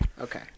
okay